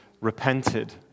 repented